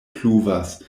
pluvas